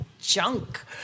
junk